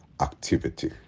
activity